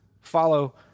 Follow